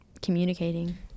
communicating